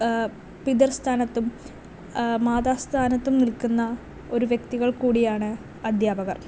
പിതൃസ്ഥാനത്തും മാതാസ്ഥാനത്തും നിൽക്കുന്ന ഒരു വ്യക്തികൾ കൂടിയാണ് അദ്ധ്യാപകർ